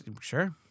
Sure